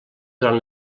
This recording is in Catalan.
durant